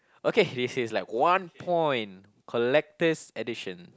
okay this is like one point collector's edition